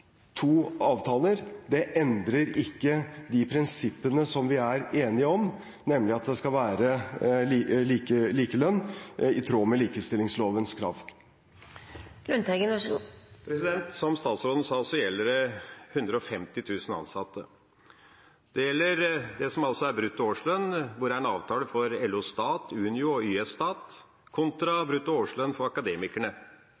to avtaler, endrer ikke de prinsippene vi er enige om, nemlig at det skal være likelønn i tråd med likestillingslovens krav. Som statsråden sa, gjelder det 150 000 ansatte. Det gjelder brutto årslønn for LO Stat, Unio og YS Stat – hvor det er en avtale – kontra brutto årslønn for